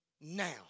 Now